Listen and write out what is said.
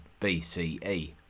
BCE